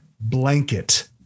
blanket